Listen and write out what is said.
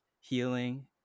healing